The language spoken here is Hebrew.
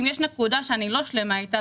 אם יש נקודה שאני לא שלמה אתה,